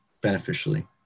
beneficially